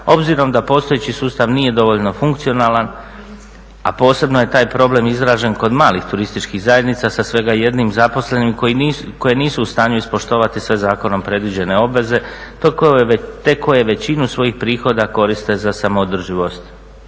obzirom da postojeći sustav nije dovoljno funkcionalan, a posebno je taj problem izražen kod malih turističkih zajednica sa svega 1 zaposlenim koje nisu u stanju ispoštovati sve zakonom predviđene obveze te koje većinu svojih prihoda koriste za samoodrživost